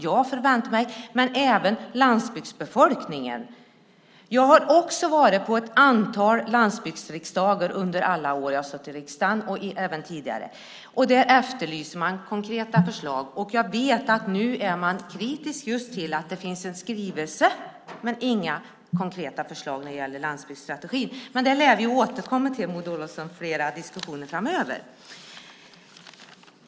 Jag förväntar mig det, men även landsbygdsbefolkningen. Jag har varit på ett antal landsbygdsriksdagar under alla år jag suttit i riksdagen och även tidigare. Där efterlyser man konkreta förslag. Jag vet att man nu är kritisk till att det finns en skrivelse men inga konkreta förslag när det gäller landsbygdsstrategin. Men det lär vi återkomma till, Maud Olofsson, under flera diskussioner framöver.